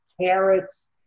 carrots